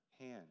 hand